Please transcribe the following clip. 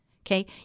okay